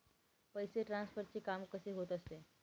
पैसे ट्रान्सफरचे काम कसे होत असते?